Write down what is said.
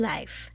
Life